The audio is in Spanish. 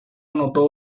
anotó